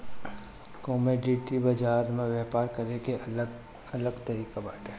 commodity बाजार में व्यापार करे के अलग अलग तरिका बाटे